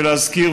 ולהזכיר,